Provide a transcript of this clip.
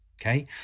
Okay